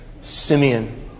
Simeon